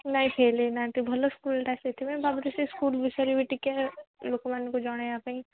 ନାଇଁ ଫେଲ୍ ହୋଇନାହାନ୍ତି ଭଲ ସ୍କୁଲ୍ଟା ସେଥିପାଇଁ ଭାବୁଛି ସେ ସ୍କୁଲ୍ ବିଷୟରେ ବି ଟିକେ ଲୋକମାନଙ୍କୁ ଜଣାଇବା ପାଇଁ